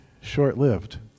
short-lived